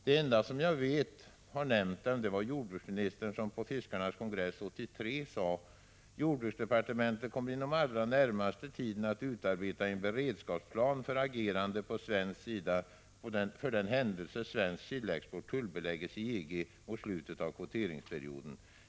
Den ende som jag vet har nämnt det var jordbruksministern, som på fiskarnas kongress 1983 sade: ”Jordbruksdepartementet kommer inom den allra närmaste tiden att utarbeta en beredskapsplan för agerande på svensk sida för den händelse svensk sillexport tullbeläggs i EG mot slutet av kvoteringsperioden.